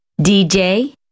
DJ